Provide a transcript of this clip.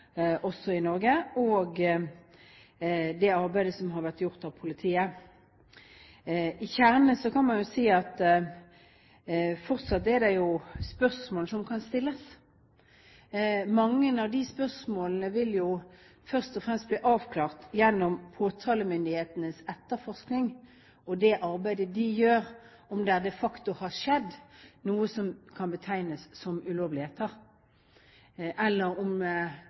også i Norge, og det arbeidet som har vært gjort av politiet. Man kan jo si at det fortsatt er spørsmål som kan stilles. Mange av de spørsmålene vil først og fremst bli avklart gjennom påtalemyndighetenes etterforskning og det arbeidet de gjør, om det de facto har skjedd noe som kan betegnes som ulovligheter, eller om dette bare kan være aktivitet i ytterkanten, hvor det er viktig å foreta en grenseoppgang, eller om